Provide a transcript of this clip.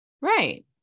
Right